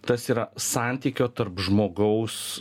tas yra santykio tarp žmogaus